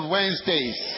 Wednesdays